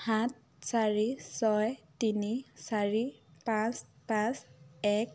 সাত চাৰি ছয় তিনি চাৰি পাঁচ পাঁচ এক